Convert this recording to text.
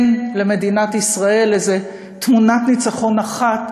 אין למדינת ישראל איזו תמונת ניצחון אחת